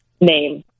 name